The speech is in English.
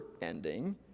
ending